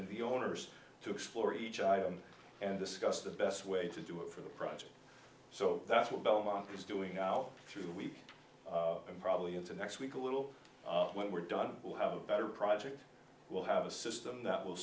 d the owners to explore each item and discuss the best way to do it for the project so that's what belmont is doing now through week and probably into next week a little when we're done we'll have better project we'll have a system that will